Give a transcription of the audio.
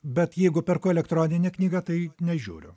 bet jeigu perku elektroninę knygą tai nežiūriu